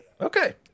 Okay